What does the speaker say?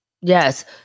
Yes